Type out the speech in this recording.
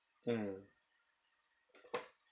mm